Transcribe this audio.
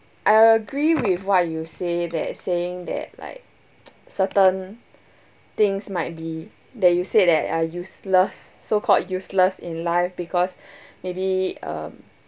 I agree with what you say that saying that like certain things might be that you said that are useless so called useless in life because maybe uh